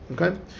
Okay